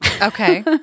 Okay